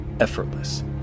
Effortless